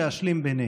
להשלים בינינו.